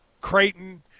Creighton